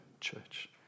church